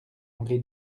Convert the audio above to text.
henri